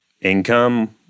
income